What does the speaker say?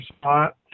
spot